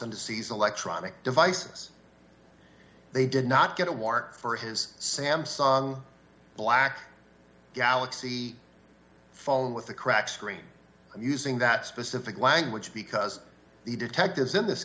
seize electronic devices they did not get a warrant for his samsung black galaxy phone with a cracked screen using that specific language because the detectives in this